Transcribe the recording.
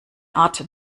art